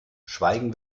schweigen